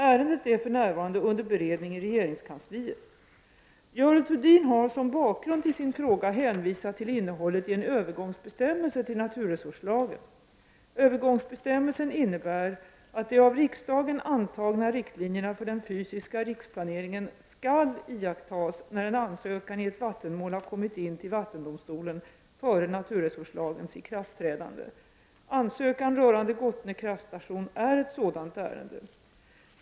Ärendet är för närvarande under beredning i regeringskansliet. Görel Thurdin har som bakgrund till sin fråga hänvisat till innehållet i en övergångsbestämmelse till naturresurslagen. Övergångsbestämmelsen innebär att de av riksdagen antagna riktlinjerna för den fysiska riksplaneringen skall iakttas när en ansökan i ett vattenmål har kommit in till vattendomstolen före naturresurslagens ikraftträdande. Ansökan rörande Gottne kraftstation är ett sådant ärende.